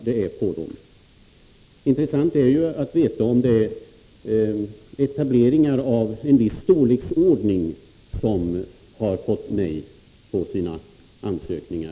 Det är ju intressant att veta om det är etableringar av en viss storleksordning som har fått avslag på sina ansökningar.